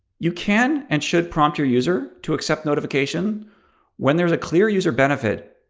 you can and should prompt your user to accept notification when there's a clear user benefit.